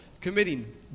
committing